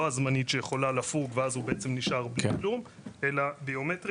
לא הזמנית שהיא יכולה לפוג ואז הוא בעצם נשאר בלי כלום אלא ביומטרית,